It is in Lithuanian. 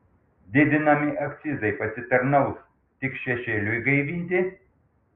didinami akcizai pasitarnaus tik šešėliui gaivinti